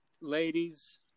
ladies